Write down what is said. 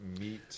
meet